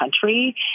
country